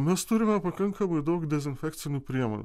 o mes turime pakankamai daug dezinfekcinių priemonių